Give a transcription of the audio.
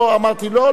אמרתי, לא, לא.